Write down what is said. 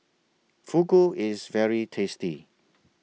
Fugu IS very tasty